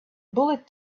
bullet